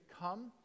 come